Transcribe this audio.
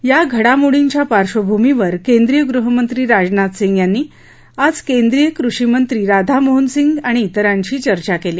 या घडोमोडींच्या पार्श्वभूमीवर केंद्रीय गृहमंत्री राजनाथ सिंग यांनी आज केंद्रीय कृषीमंत्री राधामोहन सिंग आणि इतरांशी चर्चा केली